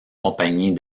compagnie